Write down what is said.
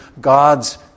God's